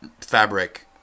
fabric